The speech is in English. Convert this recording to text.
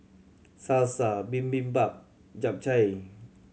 Salsa Bibimbap Japchae